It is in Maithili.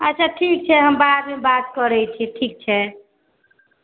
अच्छा ठीक छै हम बाद मे बात करै छी ठीक छै